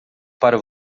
para